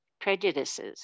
prejudices